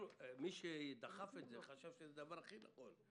מי שדחף את זה חשב שזה הדבר הכי נכון.